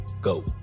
go